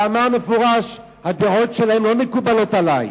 ואמר במפורש: הדעות שלהם לא מקובלות עלי.